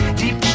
deep